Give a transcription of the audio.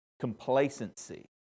complacency